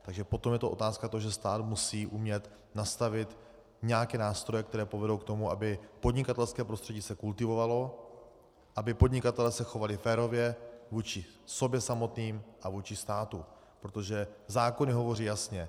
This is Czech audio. Takže potom je to otázka toho, že stát musí umět nastavit nějaké nástroje, které povedou k tomu, aby se podnikatelské prostředí kultivovalo, aby se podnikatelé chovali férově vůči sobě samotným a vůči státu, protože zákony hovoří jasně.